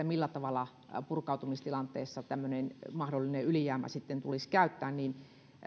millä tavalla purkautumistilanteessa tämmöinen mahdollinen ylijäämä tulisi käyttää